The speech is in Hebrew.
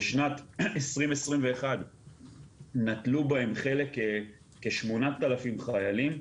בשנת 2021 נטלו בהן חלק כ-8,000 חיילים,